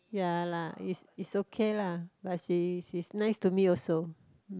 ya lah it's it's okay lah but she's she's nice to me also